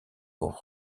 pour